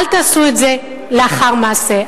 אל תעשו את זה לאחר מעשה,